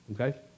Okay